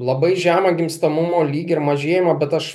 labai žemą gimstamumo lygį ir mažėjimą bet aš